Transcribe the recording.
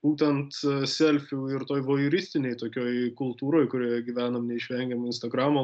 būtent selfių ir toj vojeristinėj tokioj kultūroj kurioje gyvenameneišvengiamai instagramo